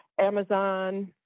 Amazon